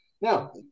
now